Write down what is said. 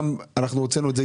אנחנו הוצאנו את זה,